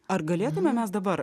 ar galėtume mes dabar